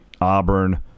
Auburn